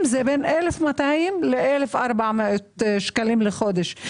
זה בין 1,200 ל-1,400 שקלים לחודש.